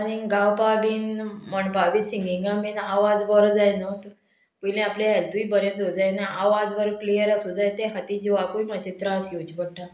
आनीक गावपा बीन म्हणपा बी सिंगिंगा बीन आवाज बरो जाय न्हू पयलीं आपलें हॅल्थूय बरें दवर जाय आवाज बरो क्लियर आसूं जाय तें खातीर जिवाकूय मात्शे त्रास घेवचे पडटा